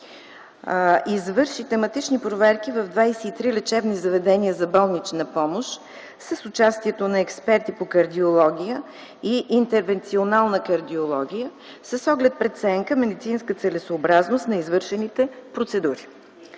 извърши тематични проверки в 23 лечебни заведения за болнична помощ с участието на експерти по кардиология и интервенционална кардиология с оглед преценка за медицинска целесъобразност на извършените процедури.